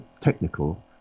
technical